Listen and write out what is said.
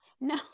no